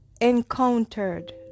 encountered